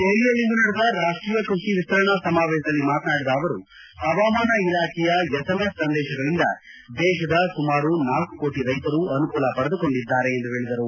ದೆಪಲಿಯಲ್ಲಿಂದು ನಡೆದ ರಾಷ್ಟೀಯ ಕೃಷಿ ವಿಸ್ತರಣಾ ಸಮಾವೇಶದಲ್ಲಿ ಮಾತನಾಡಿದ ಅವರು ಪವಾಮಾನ ಇಲಾಖೆಯ ಎಸ್ಎಂಎಸ್ ಸಂದೇಶಗಳಿಂದ ದೇಶದ ಸುಮಾರು ನಾಲ್ಕು ಕೋಟಿ ರೈಶರು ಅನುಕೂಲ ಪಡೆದುಕೊಂಡಿದ್ದಾರೆ ಎಂದು ಹೇಳಿದರು